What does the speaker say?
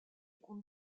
compte